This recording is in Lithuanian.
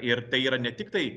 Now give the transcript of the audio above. ir tai yra ne tiktai